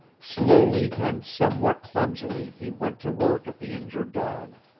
slowly and somewhat clumsily he went to work at the injured dog.